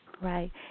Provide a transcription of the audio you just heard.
Right